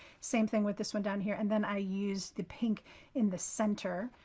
same thing with this one down here. and then i use the pink in the center.